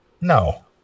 No